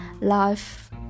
life